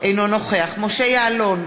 אינו נוכח משה יעלון,